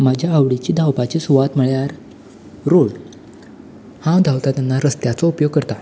म्हाज्या आवडीची धांवपाची सुवात म्हळ्यार रोड हांव धांवतां तेन्ना रसत्याचो उपयोग करता